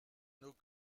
nos